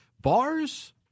bars